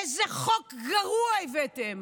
איזה חוק גרוע הבאתם.